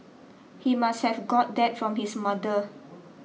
he must have got that from his mother